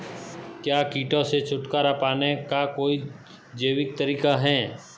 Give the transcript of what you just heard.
क्या कीटों से छुटकारा पाने का कोई जैविक तरीका है?